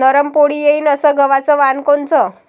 नरम पोळी येईन अस गवाचं वान कोनचं?